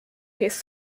his